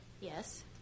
Yes